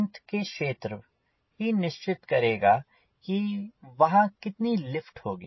अंत में क्षेत्र ही निश्चित करेगा कि वहाँ कितनी लिफ्ट होगी